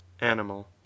animal